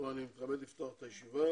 אני מתכבד לפתוח את ישיבת